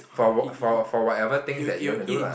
for wh~ for for whatever things that he wanna do lah